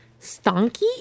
Stonky